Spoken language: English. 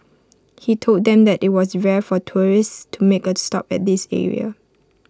he told them that IT was rare for tourists to make A stop at this area